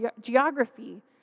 geography